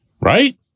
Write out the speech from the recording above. Right